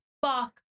Fuck